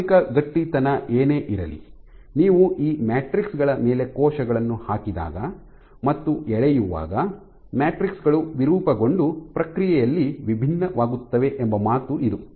ಪ್ರಾರಂಭಿಕ ಗಟ್ಟಿತನ ಏನೇ ಇರಲಿ ನೀವು ಈ ಮ್ಯಾಟ್ರಿಕ್ಸ್ ಗಳ ಮೇಲೆ ಕೋಶಗಳನ್ನು ಹಾಕಿದಾಗ ಮತ್ತು ಎಳೆಯುವಾಗ ಮ್ಯಾಟ್ರಿಕ್ಸ್ ಗಳು ವಿರೂಪಗೊಂಡು ಪ್ರಕ್ರಿಯೆಯಲ್ಲಿ ವಿಭಿನ್ನವಾಗುತ್ತವೆ ಎಂಬ ಮಾತು ಇದು